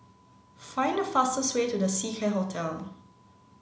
find the fastest way to The Seacare Hotel